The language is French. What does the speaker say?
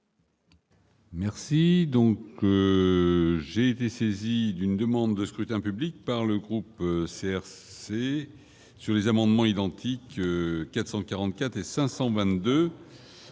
Merci donc j'ai été saisi d'une demande de scrutin public par le groupe CRC sur les amendements identiques 444 et 522